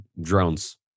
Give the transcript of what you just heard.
drones